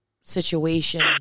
situation